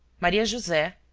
maria-jose,